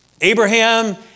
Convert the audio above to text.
Abraham